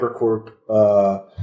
Hypercorp